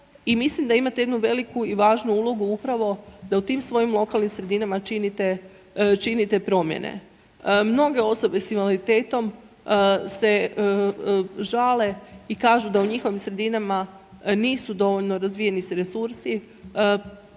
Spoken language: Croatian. i mislim da imate jednu veliku i važnu ulogu upravo da u tim svojim lokalnim sredinama činite promjene. Mnoge osobe s invaliditetom se žale i kažu da u njihovim sredinama nisu dovoljno razvijeni resursi,